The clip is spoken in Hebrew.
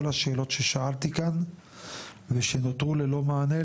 השאלות ששאלתי כאן ושנותרו ללא מענה,